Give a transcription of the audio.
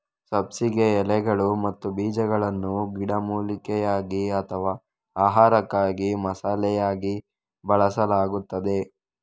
ಸಬ್ಬಸಿಗೆ ಎಲೆಗಳು ಮತ್ತು ಬೀಜಗಳನ್ನು ಗಿಡಮೂಲಿಕೆಯಾಗಿ ಅಥವಾ ಆಹಾರಕ್ಕಾಗಿ ಮಸಾಲೆಯಾಗಿ ಬಳಸಲಾಗುತ್ತದೆ